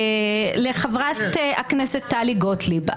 לחברת הכנסת טלי גוטליב,